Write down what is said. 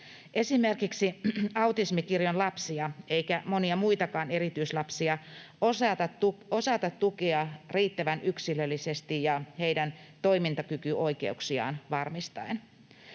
Esimerkiksi ei autismikirjon lapsia eikä monia muitakaan erityislapsia osata tukea riittävän yksilöllisesti ja heidän toimintakykyoikeuksiaan varmistaen.